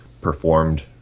performed